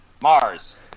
Mars